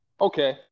Okay